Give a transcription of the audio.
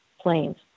planes